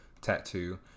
tattoo